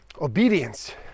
Obedience